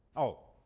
oh,